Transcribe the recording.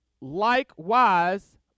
likewise